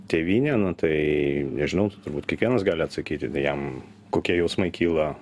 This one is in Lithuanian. tėvynė tai nežinau turbūt kiekvienas gali atsakyti jam kokie jausmai kyla